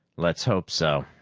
let's hope so.